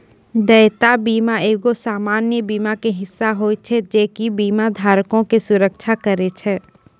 देयता बीमा एगो सामान्य बीमा के हिस्सा होय छै जे कि बीमा धारको के सुरक्षा करै छै